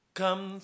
come